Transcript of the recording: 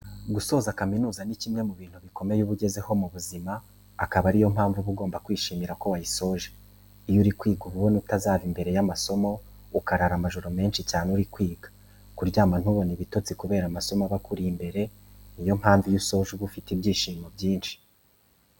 Gusoza kaminuza ni kimwe mu bintu bikomeye uba ugezeho mu buzima, akaba ari yo mpamvu uba ugomba kwishimira ko wayisoje. Iyo uri kwiga uba ubona utazava imbere y'amasomo, ukarara amajoro menshi cyane uri kwiga, kuryama ntubone ibtotsi kubera amasomo aba akuri imbere, niyo mpamvu iyo usoje uba ufite ibyishimo byinshi.